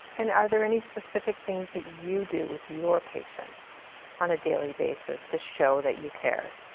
and are there any specific things that you do with your patients on a daily basis to show that you care?